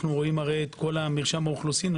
אנו רואים את כל מרשם האוכלוסין,